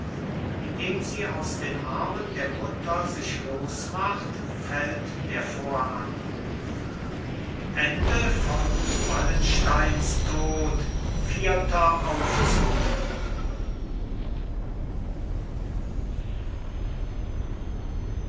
indem sie aus den armen der mutter sich losmacht fällt der vorhang